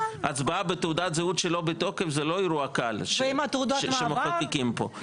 ההצבעה בתעודת זהות שלא בתוקף זה לא אירוע קל שמחוקקים פה,